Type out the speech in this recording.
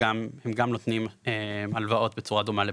גם נותנים הלוואות בצורה דומה לבנקים.